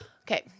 Okay